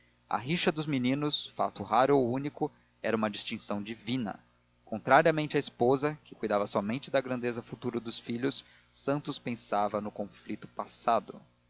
a rixa dos meninos fato raro ou único era uma distinção divina contrariamente à esposa que cuidava somente da grandeza futura dos filhos santos pensava no conflito passado